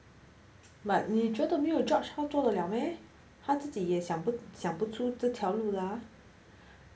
but 你觉得没有 george 会做了 meh 他自己也想不到想不出这条路 lah